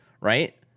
right